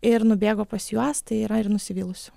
ir nubėgo pas juos tai yra ir nusivylusių